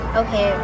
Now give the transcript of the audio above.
okay